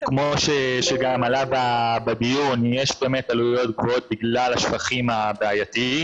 כמו שגם עלה בדיון יש באמת עלויות גבוהות בגלל השפכים הבעייתיים,